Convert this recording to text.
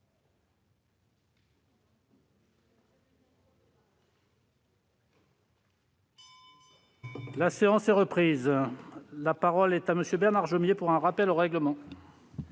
La séance est reprise. La parole est à M. Bernard Jomier, pour un rappel au règlement.